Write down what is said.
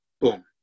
boom